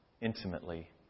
intimately